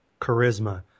charisma